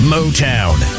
Motown